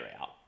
out